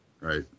Right